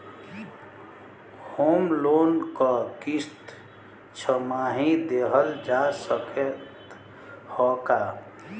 Home loan क किस्त छमाही देहल जा सकत ह का?